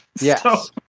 Yes